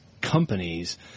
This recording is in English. companies